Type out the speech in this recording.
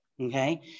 okay